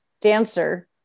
dancer